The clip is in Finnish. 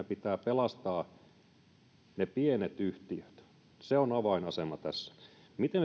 pitää pelastaa ne pienet yhtiöt se on avainasemassa tässä miten